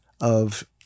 of-